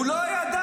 הוא לא ידע.